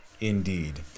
Indeed